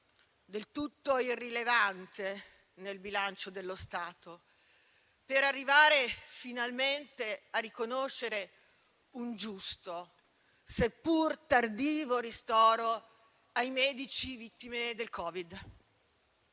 del tutto irrilevante nel bilancio dello Stato, per arrivare a riconoscere finalmente un giusto, seppur tardivo, ristoro ai medici vittime del Covid,